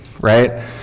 right